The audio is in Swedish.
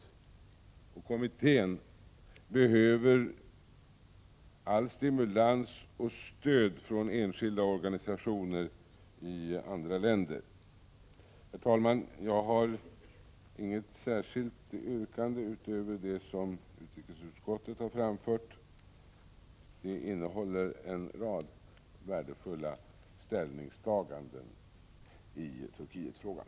Kommittén behöver all stimulans och allt stöd som den kan få från enskilda organisationer i andra länder. Herr talman! Jag har inget särskilt yrkande utöver det som utrikesutskottet har framställt — det innehåller en rad värdefulla ställningstaganden i Turkietfrågan.